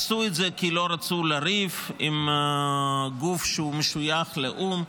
עשו את זה כי לא רצו לריב עם גוף שמשויך לאו"ם,